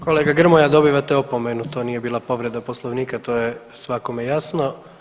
Kolega Grmoja dobivate opomenu, to nije bila povreda Poslovnika, to je svakome jasno.